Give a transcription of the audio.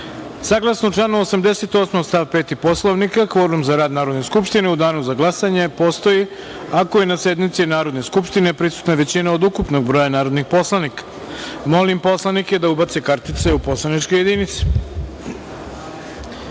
kvorum. Saglasno članu 88. stav 5. Poslovnika, kvorum za rad Narodne skupštine u danu za glasanje postoji ako je na sednici Narodne skupštine prisutna većina od ukupnog broja narodnih poslanika. Molim narodne poslanike da ubace kartice u poslaničke